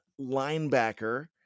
linebacker